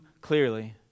clearly